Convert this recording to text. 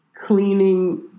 cleaning